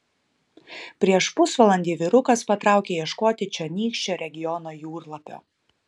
prieš pusvalandį vyrukas patraukė ieškoti čionykščio regiono jūrlapio